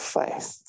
faith